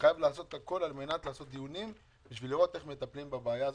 וחייבים לעשות הכול על מנת לקיים דיונים על מנת לפתור את הבעיה הזאת,